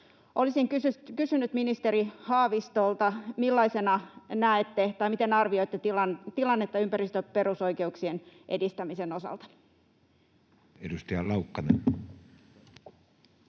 Olisin kysynyt ministeri Haavistolta, millaisena näette tai miten arvioitte tilannetta ympäristöperusoikeuksien edistämisen osalta. [Speech